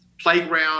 playground